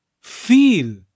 feel